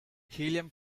helium